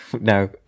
no